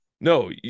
no